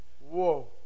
Whoa